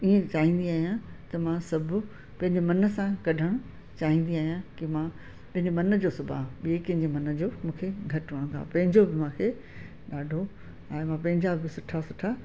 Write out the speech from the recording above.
ईअं चाहिंदी आहियां त मां सभु पंहिंजे मन सां कढण चाहिंदी आहियां की मां पंहिंजे मन जो सिबा ॿिए कंहिंजे मन जो मूंखे घटि वणंदो आहे पंहिंजो बि मूंखे ॾाढो ऐं मां पंहिंजा बि सुठा सुठा